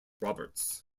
roberts